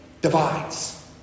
divides